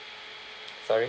sorry